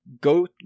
go